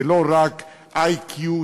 ולא רקIQ ,